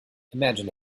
imagine